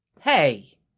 Hey